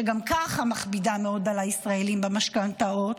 שגם ככה מכבידה מאוד על הישראלים במשכנתאות,